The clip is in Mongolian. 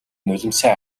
нулимсаа